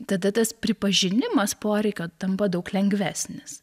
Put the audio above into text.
tada tas pripažinimas poreikio tampa daug lengvesnis